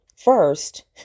First